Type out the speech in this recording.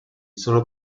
sono